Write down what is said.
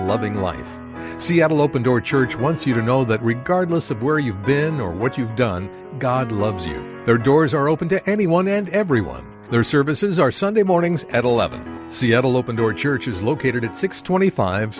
loving life seattle open door church once you know that regardless of where you've been or what you've done god loves you there doors are open to anyone and everyone their services are sunday mornings at eleven seattle open door church is located at six twenty five